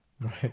Right